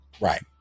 Right